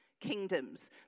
Kingdoms